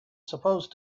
supposed